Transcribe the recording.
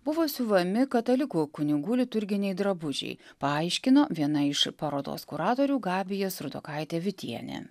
buvo siuvami katalikų kunigų liturginiai drabužiai paaiškino viena iš parodos kuratorių gabija surdokaitė vitienė